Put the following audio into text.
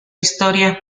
historia